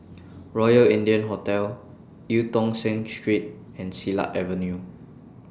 Royal India Hotel EU Tong Sen Street and Silat Avenue